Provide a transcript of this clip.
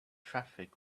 traffic